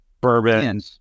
bourbon